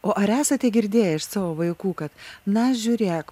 o ar esate girdėję iš savo vaikų kad na žiūrėk